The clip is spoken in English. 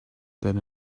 that